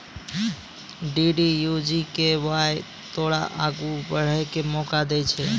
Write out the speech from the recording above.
DDU GKY तोरा आगू बढ़ै के मौका दै छै